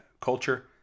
culture